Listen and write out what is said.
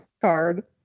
card